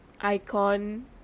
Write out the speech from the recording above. icon